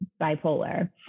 bipolar